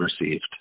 received